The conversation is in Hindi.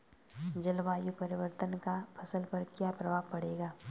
जलवायु परिवर्तन का फसल पर क्या प्रभाव पड़ेगा?